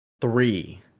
three